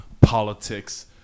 politics